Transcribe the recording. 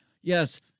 yes